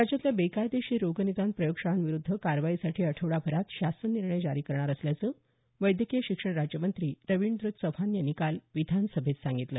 राज्यातल्या बेकायदेशीर रोगनिदान प्रयोगशाळांविरुद्ध कारवाईसाठी आठवडाभरात शासननिर्णय जारी करणार असल्याचं वैद्यकीय शिक्षण राज्यमंत्री रविंद्र चव्हाण यांनी काल विधानसभेत सांगितलं